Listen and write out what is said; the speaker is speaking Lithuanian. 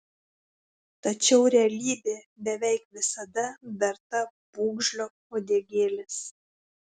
tačiau realybė beveik visada verta pūgžlio uodegėlės